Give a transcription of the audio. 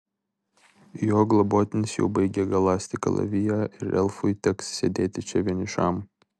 jo globotinis jau baigia galąsti kalaviją ir elfui teks sėdėti čia vienišam